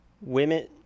women